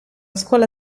scuola